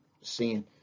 sin